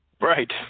Right